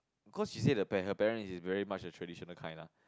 cause she said the her parent is very much of traditional kind lah